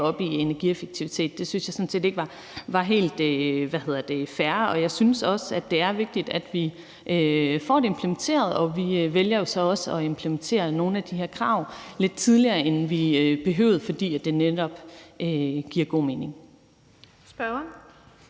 op i energieffektivitet, synes jeg sådan set ikke var helt fair. Og jeg synes også, det er vigtigt, at vi får det implementeret, og vi vælger så også at implementere nogle af de krav lidt tidligere, end vi havde behøvet, fordi det netop giver god mening. Kl.